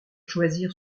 choisir